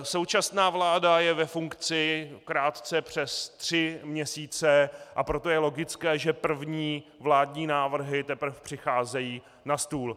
Současná vláda je ve funkci krátce přes tři měsíce, a proto je logické, že první vládní návrhy teprve přicházejí na stůl.